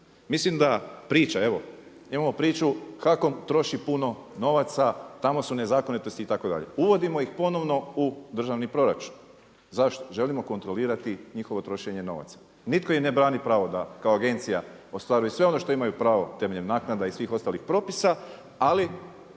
Mislim da priča evo imamo priču HAKOM stoji puno novaca, tamo su nezakonitosti itd. uvodimo ih ponovno u državni proračun. Zašto? Želimo kontrolirati njihovo trošenje novaca. Nitko im ne brani pravo da kao agencija ostvaruju sve na što imaju pravo temeljem naknada i svih ostalih propisa, ali